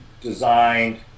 designed